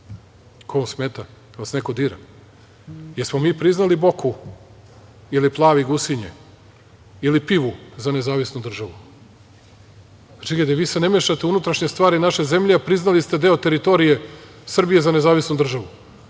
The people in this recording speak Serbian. Ko vam smeta? Da li vas neko dira? Da li smo mi priznali Boku ili Plav i Gusinje ili Pivu za nezavisnu državu? Čekajte, vi se ne mešate u unutrašnje stvari naše zemlje, a priznali ste deo teritorije Srbije za nezavisnu državu